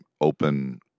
open